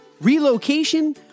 relocation